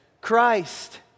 Christ